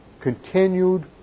continued